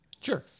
Sure